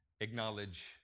acknowledge